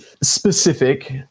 specific